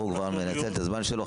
הוא מנצל את הזמן שלו,